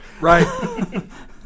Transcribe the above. Right